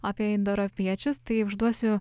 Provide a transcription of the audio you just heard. apie indoeuropiečius tai užduosiu